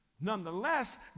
Nonetheless